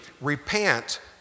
repent